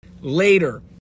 later